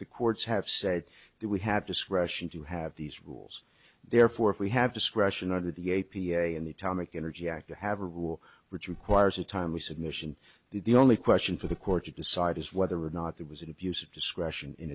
the courts have said that we have discretion to have these rules therefore if we have discretion under the a p a in the tomic energy act to have a rule which requires a timely submission the only question for the court to decide is whether or not there was an abuse of discretion in